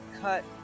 cut